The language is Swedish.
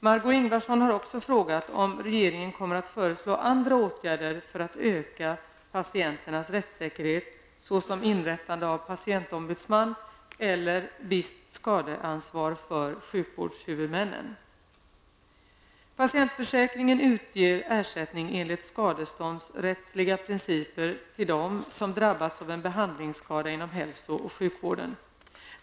Margó Ingvardsson har också frågat om regeringen kommer att föreslå andra åtgärder för att öka patienternas rättssäkerhet såsom inrättande av patientombudsman eller visst skadeansvar för sjukvårdshuvudmännen. Patientförsäkringen utger ersättning enligt skadeståndsrättsliga principer till dem som drabbats av en behandlingsskada inom hälso och sjukvården.